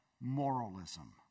moralism